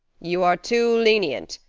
you are too lenient,